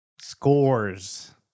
Scores